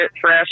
fresh